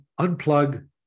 unplug